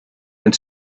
and